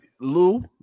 Lou